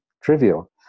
trivial